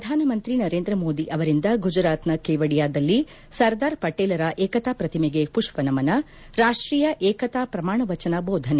ಪ್ರಧಾನಮಂತ್ರಿ ನರೇಂದ್ರ ಮೋದಿ ಅವರಿಂದ ಗುಜರಾತ್ನ ಕೇವಡಿಯಾದಲ್ಲಿ ಸರ್ದಾರ್ ಪಟೇಲರ ಏಕತಾ ಪ್ರತಿಮೆಗೆ ಪುಷ್ಸನಮನ ರಾಷ್ಕೀಯ ಏಕತಾ ಪ್ರಮಾಣವಚನ ಬೋಧನೆ